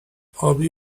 آبی